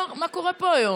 מה זה?